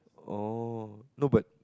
orh no but